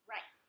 Right